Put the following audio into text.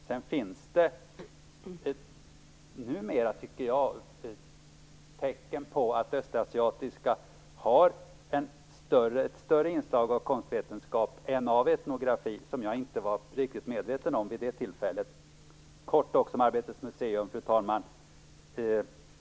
Det finns numera tecken på att Östasiatiska museet har ett större inslag av konstvetenskap än av etnografi, vilket jag inte var riktigt medveten om tidigare. Jag skall kort säga något om Arbetets museum, fru talman.